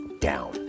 down